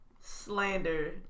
slander